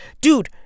dude